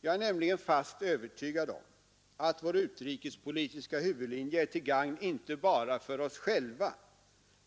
Jag är nämligen fast övertygad om att vår utrikespolitiska huvudlinje är till gagn inte bara för oss själva